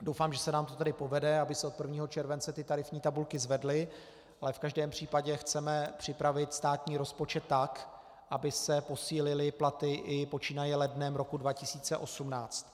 Doufám, že se nám to tedy povede, aby se od 1. července ty tarifní tabulky zvedly, ale v každém případě chceme připravit státní rozpočet tak, aby se posílily platy i počínaje lednem roku 2018.